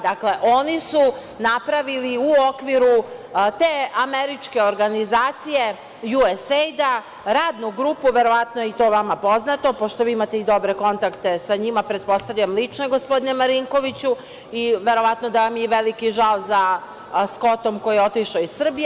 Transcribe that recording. Dakle, oni su napravili u okviru te američke organizacije USAID-a radnu grupu, verovatno je i to vama poznato, pošto vi imate i dobre kontakte sa njima, pretpostavljam lične gospodine Marinkoviću, verovatno i da vam je veliki žal za Skotom koji je otišao iz Srbije.